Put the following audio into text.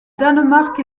danemark